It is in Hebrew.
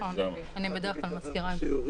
אני בדרך כלל מזכירה את זה.